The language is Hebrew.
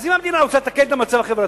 אז אם המדינה רוצה לתקן את המצב החברתי,